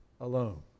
alone